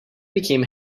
became